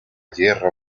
hierro